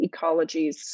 ecologies